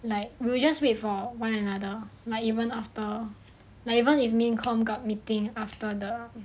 like we'll just wait for one another like even after like even if main com got meeting after the